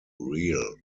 real